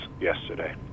yesterday